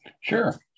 Sure